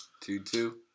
Two-two